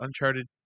Uncharted